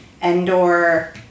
Andor